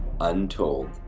Untold